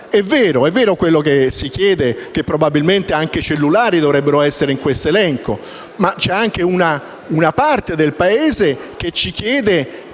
È vero quello che si chiede e cioè che probabilmente anche i cellulari dovrebbero essere inseriti nell'elenco. Ma c'è anche una parte del Paese che ci chiede